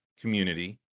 community